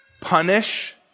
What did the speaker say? punish